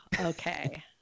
Okay